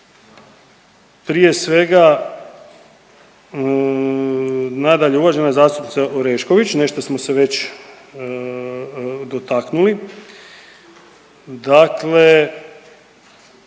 Prije svega nadalje uvažena zastupnica Orešković, nešto smo se već dotaknuli, dakle